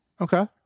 Okay